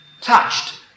touched